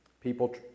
People